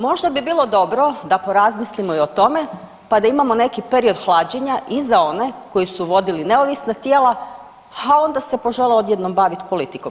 Možda bi bilo dobro da porazmislimo i o tome pa imamo neki period hlađenja i za one koji su vodili neovisna tijela, a onda se požele odjednom baviti politikom.